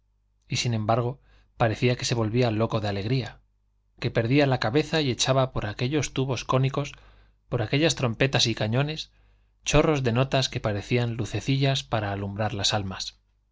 y sin embargo parecía que se volvía loco de alegría que perdía la cabeza y echaba por aquellos tubos cónicos por aquellas trompetas y cañones chorros de notas que parecían lucecillas para alumbrar las almas